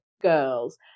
girls